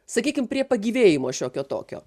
sakykim prie pagyvėjimo šiokio tokio